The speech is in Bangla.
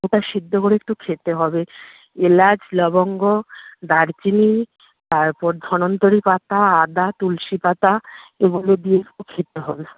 ওটা সিদ্ধ করে একটু খেতে হবে এলাচ লবঙ্গ দারচিনি তারপর ধন্বন্তরি পাতা আদা তুলসী পাতা এগুলো দিয়ে একটু খেতে হবে